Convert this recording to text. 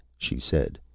she said,